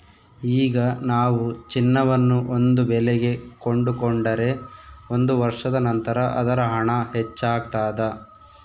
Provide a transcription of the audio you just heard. ಈಗ ನಾವು ಚಿನ್ನವನ್ನು ಒಂದು ಬೆಲೆಗೆ ಕೊಂಡುಕೊಂಡರೆ ಒಂದು ವರ್ಷದ ನಂತರ ಅದರ ಹಣ ಹೆಚ್ಚಾಗ್ತಾದ